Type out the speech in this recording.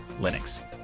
Linux